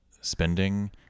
spending